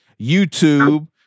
youtube